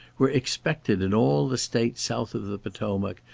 were expected, in all the states south of the potomac,